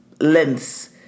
lengths